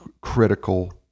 critical